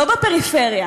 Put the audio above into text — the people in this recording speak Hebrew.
לא בפריפריה,